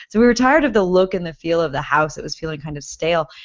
so we were tired of the look and the feel of the house. it was feeling kind of stale,